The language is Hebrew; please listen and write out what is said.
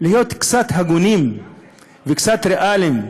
להיות קצת הגונים וקצת ריאליים,